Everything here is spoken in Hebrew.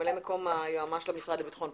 ממלא מקום היועמ"ש במשרד לבטחון פנים.